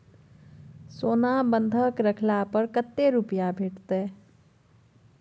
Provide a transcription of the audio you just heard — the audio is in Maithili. सोना बंधक रखला पर कत्ते रुपिया भेटतै?